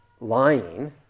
lying